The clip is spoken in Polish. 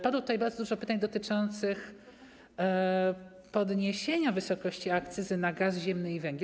Padło tutaj bardzo dużo pytań dotyczących podniesienia wysokości akcyzy na gaz ziemny i węgiel.